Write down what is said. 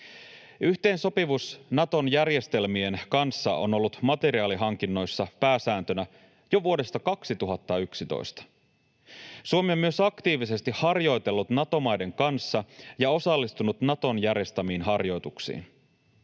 Yhteensopivuus Naton järjestelmien kanssa on ollut materiaalihankinnoissa pääsääntönä jo vuodesta 2011. Suomi on myös aktiivisesti harjoitellut Nato-maiden kanssa ja osallistunut Naton järjestämiin harjoituksiin.